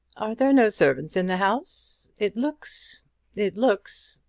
are there no servants in the house? it looks it looks.